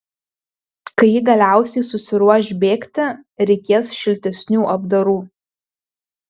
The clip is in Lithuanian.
kai ji galiausiai susiruoš bėgti reikės šiltesnių apdarų